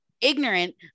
ignorant